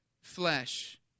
flesh